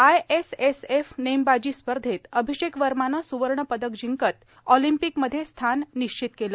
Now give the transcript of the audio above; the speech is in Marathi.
आयएसएफ नेमबाजी स्पर्धेत अभिषेक वर्मानं स्रवर्ण पदक जिंकत ऑलिंपिकमध्ये स्थान निश्चित केलं